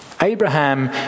Abraham